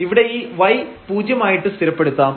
ഇവിടെ ഈ y പൂജ്യം ആയിട്ട് സ്ഥിരപ്പെടുത്താം